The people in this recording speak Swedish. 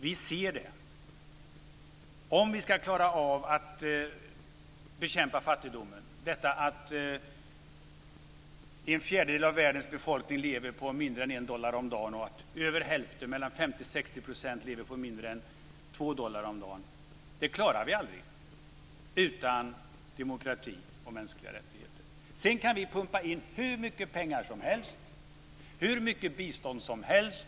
Vi ser det. En fjärdedel av världens befolkning lever på mindre än 1 dollar om dagen. Över hälften, 50-60 %, lever på mindre än 2 dollar om dagen. Vi klarar inte att bekämpa fattigdomen utan demokrati och mänskliga rättigheter. Vi kan pumpa in hur mycket pengar som helst, hur mycket bistånd som helst.